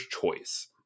Choice